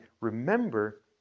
remember